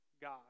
God